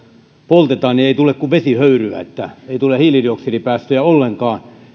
poltetaan niin ei tule kuin vesihöyryä että ei tule hiilidioksidipäästöjä ollenkaan